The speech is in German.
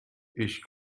ich